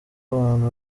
abantu